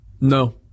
no